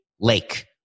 lake